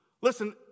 Listen